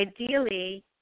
ideally